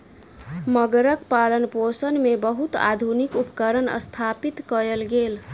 मगरक पालनपोषण मे बहुत आधुनिक उपकरण स्थापित कयल गेल